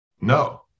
no